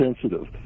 sensitive